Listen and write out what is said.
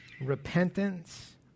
Repentance